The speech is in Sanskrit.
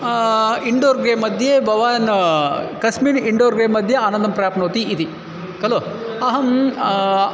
इन्डोर् गेम् मध्ये भवान् कस्मिन् इन्डोर् गेम् मध्ये आनन्दं प्राप्नोति इति खलु अहं